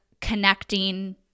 connecting